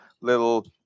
little